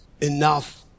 enough